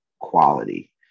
quality